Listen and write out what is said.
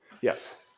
Yes